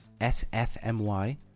s-f-m-y